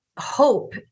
hope